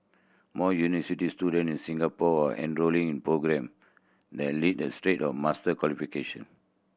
more student in Singapore are enrolling in programme that lead a straight of master qualification